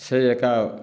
ସେଇ ଏକା